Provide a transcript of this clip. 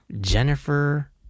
Jennifer